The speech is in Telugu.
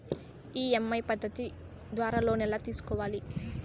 ఇ.ఎమ్.ఐ పద్ధతి ద్వారా లోను ఎలా తీసుకోవాలి